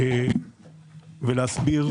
ולהסביר.